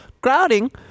Crowding